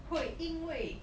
会因为